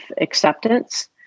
acceptance